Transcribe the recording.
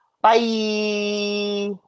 bye